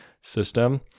system